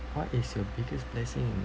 what is your biggest blessing